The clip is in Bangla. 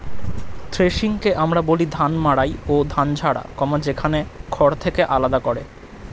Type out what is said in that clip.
থ্রেশিংকে আমরা বলি ধান মাড়াই ও ধান ঝাড়া, যেখানে খড় থেকে আলাদা করে